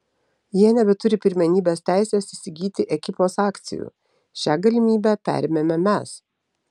jie nebeturi pirmenybės teisės įsigyti ekipos akcijų šią galimybę perėmėme mes